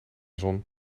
zon